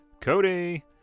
Cody